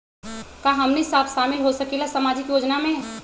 का हमनी साब शामिल होसकीला सामाजिक योजना मे?